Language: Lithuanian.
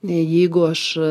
nei jeigu aš